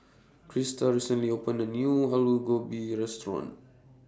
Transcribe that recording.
Crista recently opened A New Aloo Gobi Restaurant